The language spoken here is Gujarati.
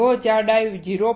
જો જાડાઈ 0